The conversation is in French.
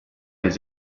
des